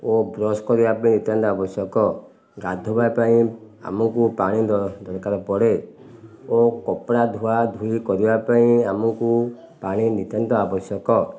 ଓ brush କରିବା ପାଇଁ ନିତ୍ୟାନ୍ତ ଆବଶ୍ୟକ ଗାଧୋଇବା ପାଇଁ ଆମକୁ ପାଣି ଦରକାର ପଡ଼େ ଓ କପଡ଼ା ଧୁଆ ଧୁଇ କରିବା ପାଇଁ ଆମକୁ ପାଣି ନିତ୍ୟାନ୍ତ ଆବଶ୍ୟକ